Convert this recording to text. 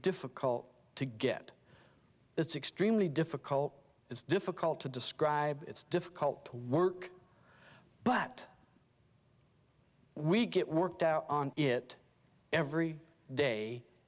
difficult to get it's extremely difficult it's difficult to describe it's difficult work but we get worked out on it every day